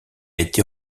été